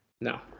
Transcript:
No